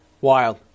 Wild